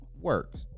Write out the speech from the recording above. works